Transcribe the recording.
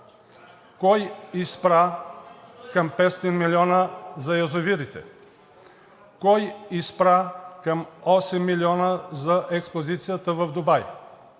Кой изпра към 500 милиона за язовирите? Кой изпра към 8 милиона за експозицията в Дубай?